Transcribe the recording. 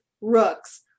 Rooks